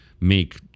make